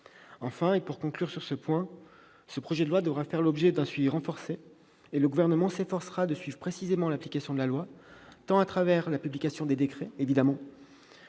pays. Pour conclure, ce projet de loi devra faire l'objet d'un suivi renforcé. Le Gouvernement s'efforcera de suivre précisément l'application de la loi à travers la publication des décrets, bien